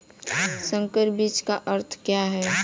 संकर बीज का अर्थ क्या है?